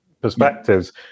perspectives